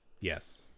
Yes